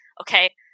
okay